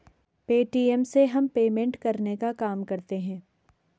Paytm से हम payment करने का काम करते है